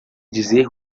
dizer